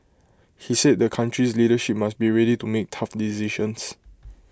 he said the country's leadership must be ready to make tough decisions